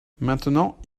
maintenant